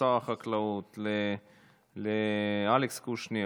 לשר החקלאות ולאלכס קושניר,